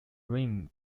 rim